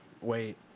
wait